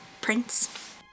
Prince